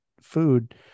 food